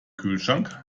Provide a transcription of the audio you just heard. kühlschrank